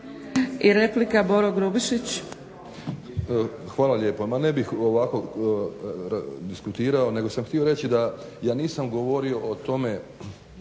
**Grubišić, Boro (HDSSB)** Hvala lijepa. Ma ne bih ovako diskutirao, nego sam htio reći da ja nisam govorio o tome,